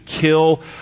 kill